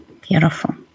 Beautiful